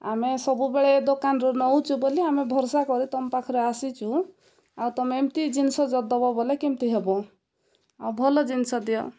ଆମେ ସବୁବେଳେ ଦୋକାନରୁ ନେଉଛୁ ବୋଲି ଆମେ ଭରଷା କରି ତୁମ ପାଖରେ ଆସିଛୁ ଆଉ ତୁମେ ଏମିତି ଜିନିଷ ଯଦି ଦେବ ବୋଲେ କେମିତି ହେବ ଆଉ ଭଲ ଜିନିଷ ଦିଅ